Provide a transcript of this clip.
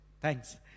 thanks